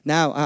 Now